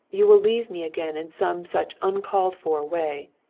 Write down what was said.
you will leave me again in some such uncalled-for way.